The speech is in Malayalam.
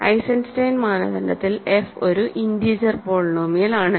ഐസൻസ്റ്റൈൻ മാനദണ്ഡത്തിൽ f ഒരു ഇന്റീജർ പോളിനോമിയലാണ്